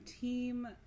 team